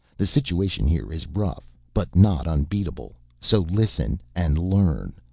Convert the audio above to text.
the situation here is rough but not unbeatable so listen and learn.